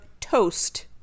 toast